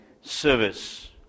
service